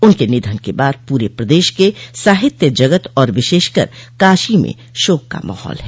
उनके निधन के बाद पूरे प्रदेश के साहित्य जगत और विशेषकर काशी में शोक का माहौल है